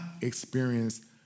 experience